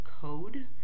code